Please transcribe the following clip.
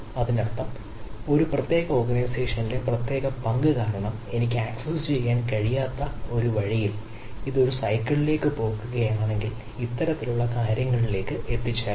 അതിനർത്ഥം ഒരു പ്രത്യേക ഓർഗനൈസേഷനിലെ പ്രത്യേക പങ്ക് കാരണം എനിക്ക് ആക്സസ് ചെയ്യാൻ കഴിയാത്ത ഒരു വഴിയിൽ ഇത് ഒരു സൈക്കിളിലേക്ക് പോകുകയാണെങ്കിൽ ഇത്തരത്തിലുള്ള കാര്യങ്ങളിലേക്ക് എത്തിച്ചേരാം